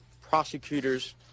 prosecutors